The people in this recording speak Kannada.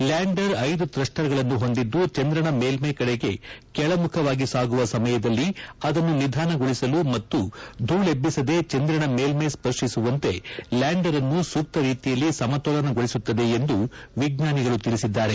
ಲ್ಚಾಂಡರ್ ಐದು ಫ್ರಸ್ವರ್ಗಳನ್ನು ಹೊಂದಿದ್ದು ಚಂದ್ರನ ಮೇಲ್ವೈ ಕಡೆಗೆ ಕೆಳಮುಖವಾಗಿ ಸಾಗುವ ಸಮಯದಲ್ಲಿ ಅದನ್ನು ನಿಧಾನಗೊಳಿಸಲು ಮತ್ತು ಧೂಳೆಬ್ಬಿಸದೆ ಚಂದಿರನ ಮೈಲ್ಟೈ ಸ್ಪರ್ತಿಸುವಂತೆ ಲ್ಯಾಂಡರ್ ಅನ್ನು ಸೂಕ್ತ ರೀತಿಯಲ್ಲಿ ಸಮತೋಲನಗೊಳಿಸುತ್ತದೆ ಎಂದು ವಿಜ್ಣಾನಿಗಳು ತಿಳಿಸಿದ್ದಾರೆ